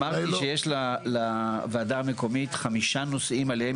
אמרתי שיש לוועדה המקומית חמישה נושאים עליהם